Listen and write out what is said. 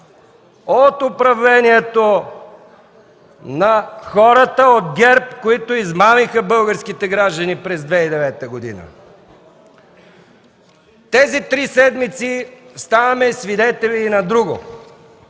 от управлението на хората от ГЕРБ, които измамиха българските граждани през 2009 г. Тези три седмици ставаме свидетели и на друго: